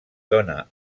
dóna